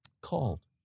Called